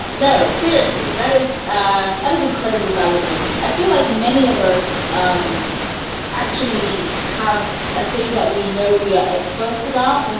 no, seriously, that is that ah um is incredibly validating. i feel like many of us um actually have a thing that we know we are experts about.